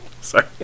Sorry